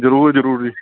ਜ਼ਰੂਰ ਜ਼ਰੂਰ ਜੀ